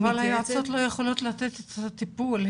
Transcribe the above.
אבל היועצות לא יכולות לתת את הטיפול.